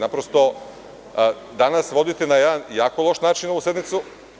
Naprosto, danas vodite na jedan jako loš način ovu sednicu.